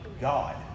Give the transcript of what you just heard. God